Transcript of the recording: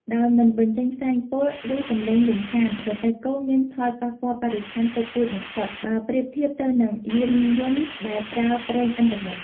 ដោយមិនបញ្ចេញផ្សែងពុល ឬសំឡេងរំខាន រទេះគោមាន ផលប៉ះពាល់បរិស្ថានតិចតួចបំផុត បើប្រៀបធៀបទៅនឹងយានយន្តដែលប្រើប្រេងឥន្ធនៈ ។